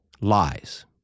lies